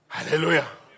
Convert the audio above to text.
Hallelujah